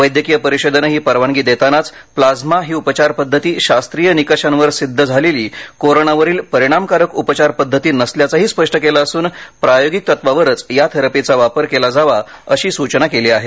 वैद्यकीय परिषदेनं ही परवानगी देतानाच प्लाझ्मा ही उपचार पद्धती शास्त्रीय निकषांवर सिद्ध झालेली कोरोनावरील परिणामकारक उपचारपद्धती नसल्याचंही स्पष्ट केलं असून प्रायोगिक तत्त्वावरच या थेरपीचा वापर केला जावा अशी सूचना केली आहे